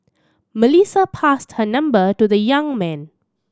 Melissa passed her number to the young man